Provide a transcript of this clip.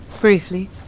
Briefly